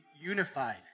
unified